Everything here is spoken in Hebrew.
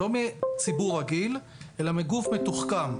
לא מציבור רגיל, אלא מגוף מתוחכם.